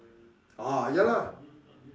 orh ya lah